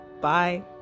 Bye